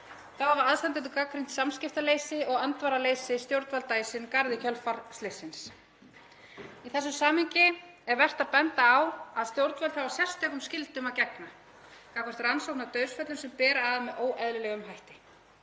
Þá hafa aðstandendur gagnrýnt samskiptaleysi og andvaraleysi stjórnvalda í sinn garð í kjölfar slyssins. Í þessu samhengi er vert að benda á að stjórnvöld hafa sérstökum skyldum að gegna gagnvart rannsókn á dauðsföllum sem bera að með óeðlilegum hætti.